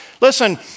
Listen